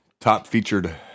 top-featured